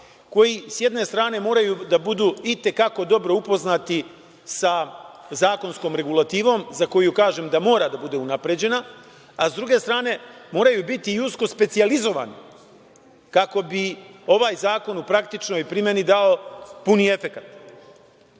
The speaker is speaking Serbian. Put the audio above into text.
koji sa jedne strane moraju da budu i te kako dobro upoznati sa zakonskom regulativom, za koju kažem da mora da bude unapređena, a sa druge strane, moraju biti i usko specijalizovani kako bi ovaj zakon u praktičnoj primeni dao puni efekat. Mislim